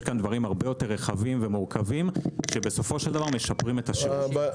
כאן דברים הרבה יותר רחבים ומורכבים שבסופו של דבר משפרים את השירות.